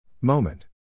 Moment